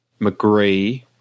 McGree